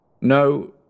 No